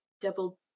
Double